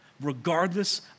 regardless